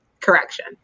correction